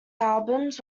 albums